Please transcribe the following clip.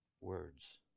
words